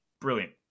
brilliant